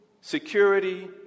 security